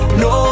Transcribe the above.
no